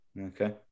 Okay